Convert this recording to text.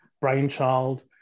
brainchild